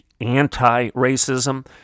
anti-racism